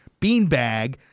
beanbag